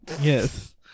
Yes